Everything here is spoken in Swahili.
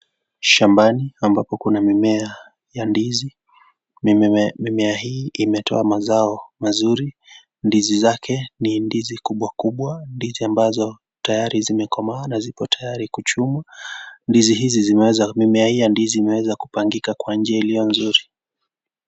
Shambani ambapo kuna mimea ya ndizi. Mimimea hii imetoa mazao mazuri. Ndizi zake ni ndizi kubwa-kubwa, ndizi ambazo tayari zimekomaa na ziko tayari kuchumwa. ndizi hizi zimeweza mimea hii ya ndizi imeweza kupangika kwa njia ilio nzuri.